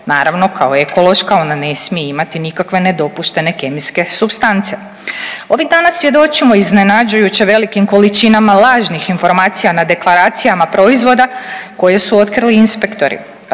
naravno kao ekološka ona ne smije imati nikakve nedopuštene kemijske supstance. Ovih dana svjedočimo iznenađujuće velikim količinama lažnih informacija na deklaracijama proizvoda koje su otkrili inspektori,